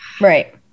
right